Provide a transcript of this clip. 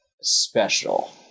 special